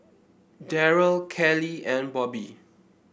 Derrell Kelly and Bobby